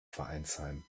vereinsheim